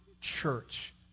church